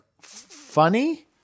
funny